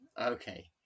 Okay